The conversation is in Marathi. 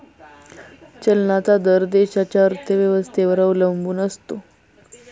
चलनाचा दर देशाच्या अर्थव्यवस्थेवर अवलंबून असतो